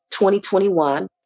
2021